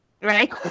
right